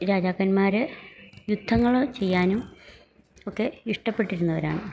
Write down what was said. രാജാക്കന്മാര് യുദ്ധങ്ങള് ചെയ്യാനും ഒക്കെ ഇഷ്ടപ്പെട്ടിരുന്നവരാണ്